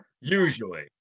Usually